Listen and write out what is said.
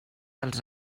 els